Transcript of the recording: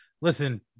listen